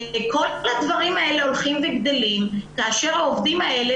כל הדברים האלה הולכים וגדלים כאשר העובדים האלה